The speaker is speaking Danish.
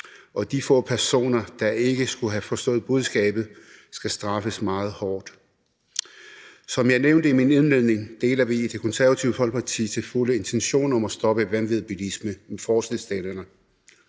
og de få personer, der ikke skulle have forstået budskabet, skal straffes meget hårdt. Som jeg nævnte i min indledning, deler vi i Det Konservative Folkeparti til fulde forslagsstillernes intention om at stoppe vanvidsbilisme. Derfor indgik